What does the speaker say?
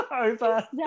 over